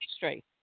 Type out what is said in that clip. history